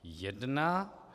1.